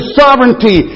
sovereignty